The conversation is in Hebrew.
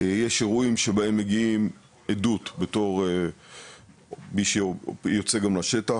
יש אירועים שבהם מגיעים עדות בתור מי שיוצא גם לשטח,